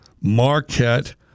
Marquette